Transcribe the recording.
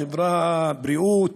חברה, בריאות,